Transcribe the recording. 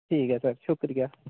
ठीक ऐ सर शुक्रिया